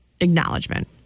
acknowledgement